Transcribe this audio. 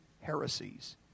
heresies